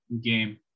game